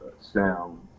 sound